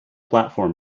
platform